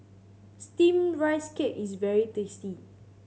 Steamed Rice Cake is very tasty